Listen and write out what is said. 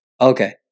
Okay